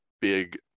big